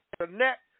connect